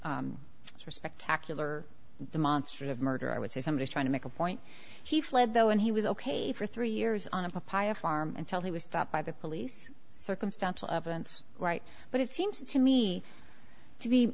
spectacular demonstrative murder i would say somebody trying to make a point he fled though and he was ok for three years on a pious farm until he was stopped by the police circumstantial evidence right but it seems to me to be